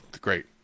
Great